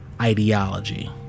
ideology